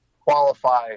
qualify